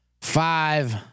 five